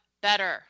better